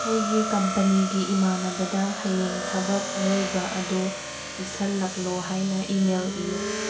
ꯑꯩꯒꯤ ꯀꯝꯄꯅꯤꯒꯤ ꯏꯃꯥꯟꯅꯕꯗ ꯍꯌꯦꯡ ꯊꯕꯛ ꯑꯔꯣꯏꯕ ꯑꯗꯨ ꯄꯤꯁꯜꯂꯛꯂꯣ ꯍꯥꯏꯅ ꯏꯃꯦꯜ ꯏꯌꯨ